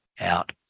out